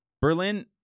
Berlin